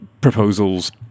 proposals